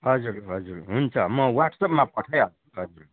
हजुर हजुर हुन्छ म वाट्सएपमा पठाइहाल्छु हजुर